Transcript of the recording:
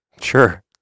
Sure